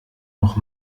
noch